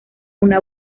una